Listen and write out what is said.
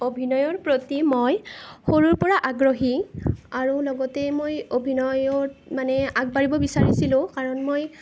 অভিনয়ৰ প্ৰতি মই সৰুৰ পৰা আগ্ৰহী আৰু লগতে মই অভিনয়ত মানে আগবাঢ়িব বিচাৰিছিলোঁ কাৰণ মই